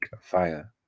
fire